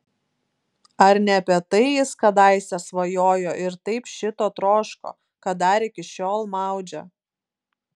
ar ne apie tai jis kadaise svajojo ir taip šito troško kad dar iki šiol maudžia